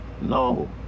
No